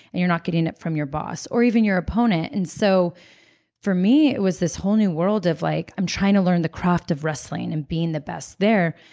and you're not getting it from your boss, or even your opponent and so for me, it was this whole new world of, like i'm trying to learn the craft of wrestling and being the best there,